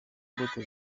mbuto